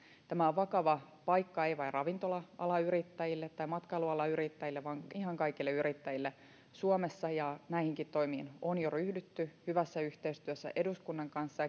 tämä on vakava paikka ei vain ravintola alan yrittäjille tai matkailualan yrittäjille vaan ihan kaikille yrittäjille suomessa ja näihinkin toimiin on jo ryhdytty hyvässä yhteistyössä eduskunnan kanssa